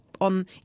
On